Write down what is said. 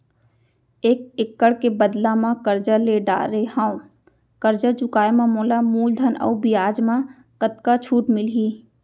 एक एक्कड़ के बदला म करजा ले डारे हव, करजा चुकाए म मोला मूलधन अऊ बियाज म कतका छूट मिलही?